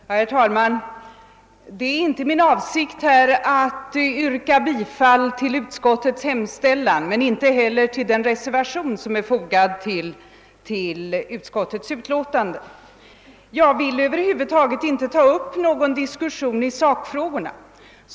Herr tålman! Det är inte min avsikt att yrka bifall till utskottets hemställan och inte heller till den reservation som fogats till utskottets utlåtande. Jag vill över huvud taget inte ta upp någon diskussion i sakfrågorna.